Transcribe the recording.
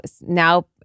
Now